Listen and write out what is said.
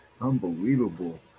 Unbelievable